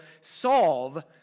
solve